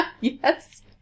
Yes